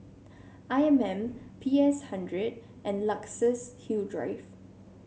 I M M P S hundred and Luxus Hill Drive